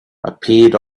appeared